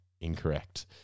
Incorrect